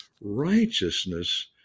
righteousness